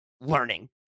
learning